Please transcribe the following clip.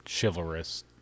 chivalrous